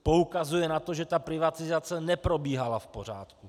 Poukazuje na to, že ta privatizace neprobíhala v pořádku.